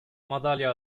madalya